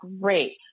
great